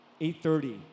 8.30